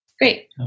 Great